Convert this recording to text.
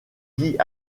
dit